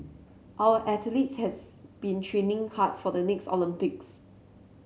our athletes has been training hard for the next Olympics